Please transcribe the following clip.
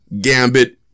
Gambit